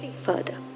further